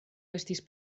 estis